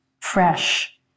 fresh